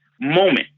moment